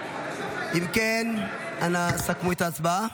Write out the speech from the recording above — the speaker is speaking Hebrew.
אם כן, אנא סכמו את ההצבעה.